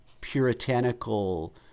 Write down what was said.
puritanical